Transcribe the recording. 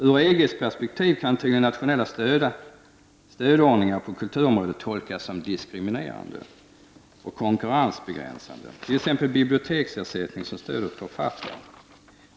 Ur EG:s perspektiv kan tydligen nationella stödordningar på kulturområdet tolkas som diskriminerande och konkurrensbegränsande, t.ex. biblioteksersättningen som stöd åt författarna.